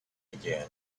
again